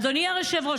אדוני היושב-ראש,